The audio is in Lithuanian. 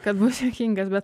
kad bus juokingas bet